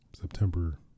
September